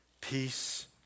peace